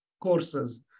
courses